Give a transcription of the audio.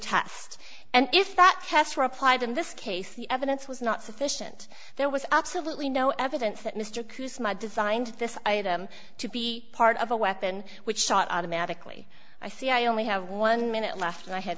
test and if that test were applied in this case the evidence was not sufficient there was absolutely no evidence that mr cruz my designed this item to be part of a weapon which shot automatically i see i only have one minute left and i ha